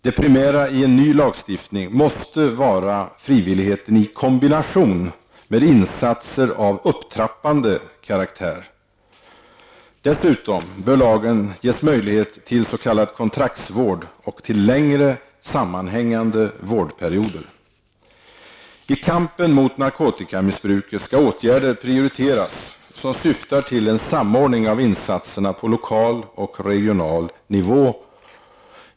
Det primära i en ny lagstiftning måste vara frivilligheten i kombination med insatser av upptrappande karaktär. Dessutom bör lagen ge möjlighet till s.k. kontraktsvård och till längre sammanhängande vårdperioder. I kampen mot narkotikamissbruket skall åtgärder prioriteras som syftar till en samordning av insatserna på lokal och regional nivå.